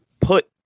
put